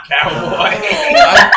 Cowboy